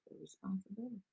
Responsibility